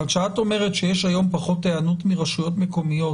את אומרת שיש היום פחות היענות מרשויות מקומיות